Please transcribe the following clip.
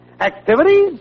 Activities